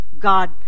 God